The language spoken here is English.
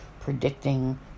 predicting